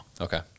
Okay